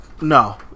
no